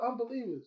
unbelievers